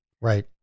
Right